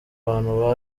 bantu